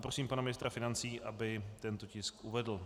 Prosím pana ministra financí, aby tento tisk uvedl.